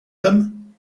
them